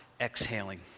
exhaling